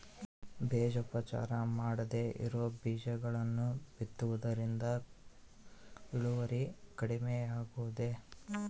ಬೇಜೋಪಚಾರ ಮಾಡದೇ ಇರೋ ಬೇಜಗಳನ್ನು ಬಿತ್ತುವುದರಿಂದ ಇಳುವರಿ ಕಡಿಮೆ ಆಗುವುದೇ?